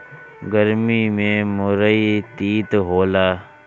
गरमी में मुरई तीत होला